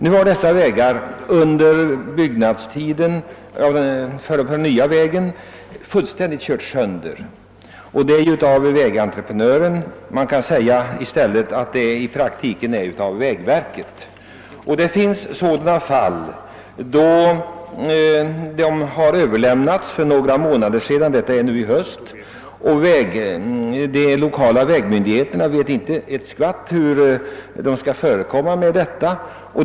Under tiden för den nya vägens anläggning har dessa vägar blivit fullständigt sönderkörda av vägentreprenören, dvs. i praktiken av vägverket. Det finns sådana fall där överlämnandet skedde för några månader sedan, dvs. under denna höst, och där de lokala vägmyndigheterna inte haft några uppgifter om hur de skall handlägga frågan i fråga om upprustning av vägen.